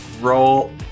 Roll